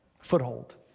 Foothold